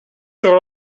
sur